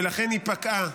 ולכן היא פקעה.